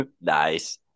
Nice